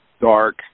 dark